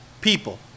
People